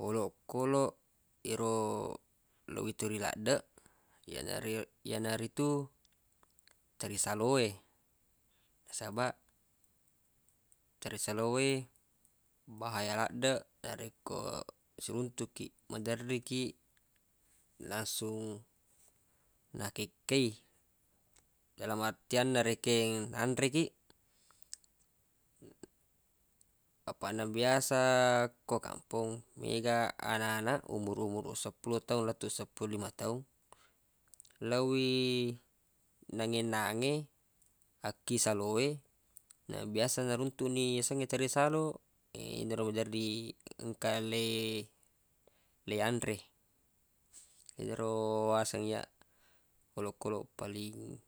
Olokoloq ero lo witauri ladde yanari- yanaritu torisalo e nasabaq torisalo e bahaya laddeq narekko siruntuq kiq maderrikkiq langsung nakekkei dalam artian na rekeng nanre kiq napaq na biasa ko kampong mega ananaq umur-umuruq seppulo taung lettu seppulo lima taung lawwi nange-nange akki salo e na biasa naruntuq ni yasengnge torisalo ero na maderri engka le- leyanre yenaro waseng iyyaq olokoloq paling